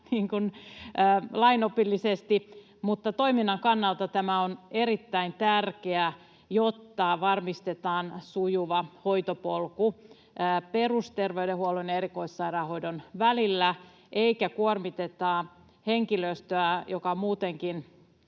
lainopillisesti, mutta toiminnan kannalta tämä on erittäin tärkeä, jotta varmistetaan sujuva hoitopolku perusterveydenhuollon ja erikoissairaanhoidon välillä eikä kuormiteta henkilöstöä, joka on muutenkin